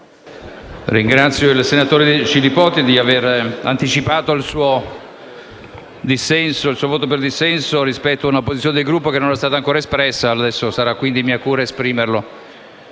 ringrazio il senatore Scilipoti per aver anticipato il suo voto in dissenso rispetto a una posizione del Gruppo che non è stata ancora espressa. Adesso sarà quindi mia cura esprimerla.